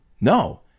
No